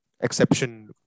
exception